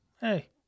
hey